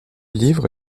livre